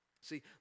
See